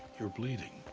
you're bleeding.